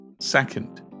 Second